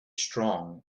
strong